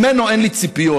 ממנו אין לי ציפיות,